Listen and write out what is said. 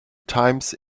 times